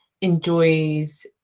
enjoys